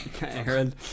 Aaron